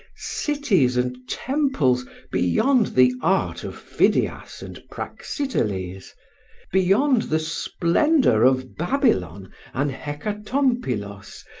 cities and temples beyond the art of phidias and praxiteles beyond the splendour of babylon and hekatompylos,